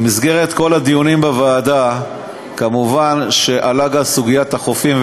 במסגרת כל הדיונים בוועדה כמובן עלתה גם סוגיית החופים,